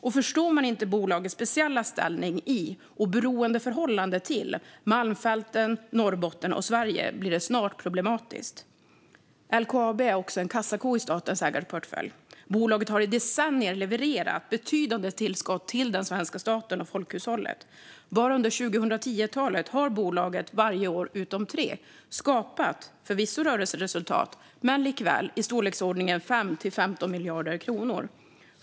Om man inte förstår bolagets speciella ställning i och beroendeförhållande till Malmfälten, Norrbotten och Sverige blir det snart problematiskt. LKAB är en kassako i statens ägarportfölj. Bolaget har i decennier levererat betydande tillskott till den svenska staten och folkhushållet. Bara under 2010-talet har bolaget varje år utom tre skapat rörelseresultat i storleksordningen 5-15 miljarder kronor.